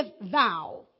thou